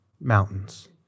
mountains